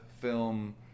film